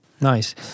Nice